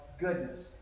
goodness